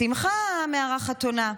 בשמחה, המארחת עונה.